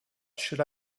should